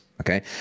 Okay